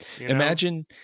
Imagine